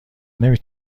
نمی